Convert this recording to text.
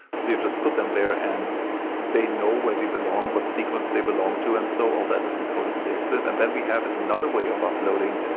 so you just put them there and they know where they belong, what sequence they belong to. and so all that is encoded in the exif, and then we have another way of uploading,